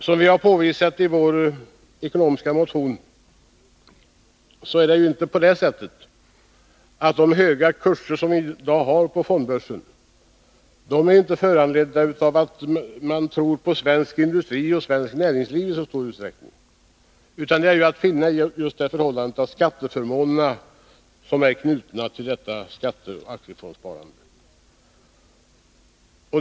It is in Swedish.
Som vi har påvisat i vår motion om den ekonomiska politiken är de höga kurser som vi nu har på fondbörsen inte föranledda av tron på svensk industri och svenskt näringsliv, utan de beror på de skatteförmåner som är knutna till skatteoch aktiefondssparandet.